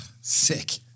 sick